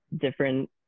different